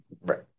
Right